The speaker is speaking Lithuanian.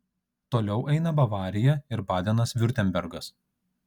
toliau eina bavarija ir badenas viurtembergas